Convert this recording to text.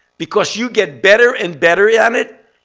because you get better and better at it,